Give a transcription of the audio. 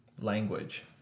language